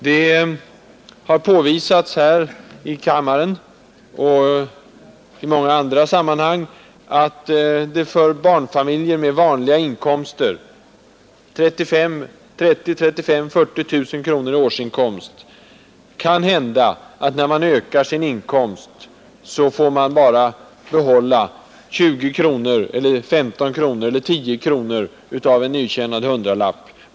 Det har påvisats här i kammaren och i många andra sammanhang att det för barnfamiljer med vanliga inkomster, med 30 000, 35 000 eller 40 000 kronor i årsinkomst, kan hända att när man ökar sin inkomst får man bara behålla 20, 15 eller 10 kronor av en intjänad hundralapp.